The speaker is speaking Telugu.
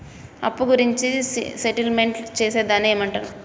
అప్పు గురించి సెటిల్మెంట్ చేసేదాన్ని ఏమంటరు?